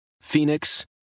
Phoenix